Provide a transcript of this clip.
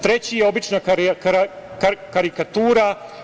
Treći je obična karikatura.